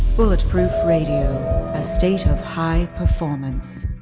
bulletproof radio, a state of high performance.